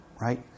right